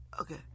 Okay